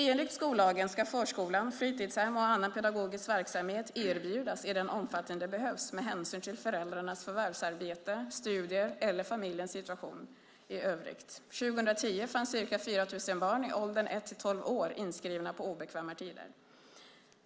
Enligt skollagen ska förskola, fritidshem och annan pedagogisk verksamhet erbjudas i den omfattning det behövs med hänsyn till föräldrarnas förvärvsarbete, studier eller familjens situation i övrigt. År 2010 fanns ca 4 000 barn i åldern 1-12 år inskrivna på obekväma tider.